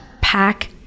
pack